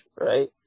Right